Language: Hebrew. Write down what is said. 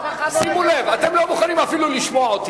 שימו לב, אתם לא מוכנים אפילו לשמוע אותי.